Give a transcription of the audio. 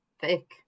Thick